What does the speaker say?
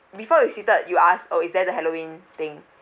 before you seated you ask oh is there the halloween thing